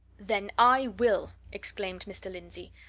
then i will! exclaimed mr. lindsey.